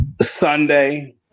Sunday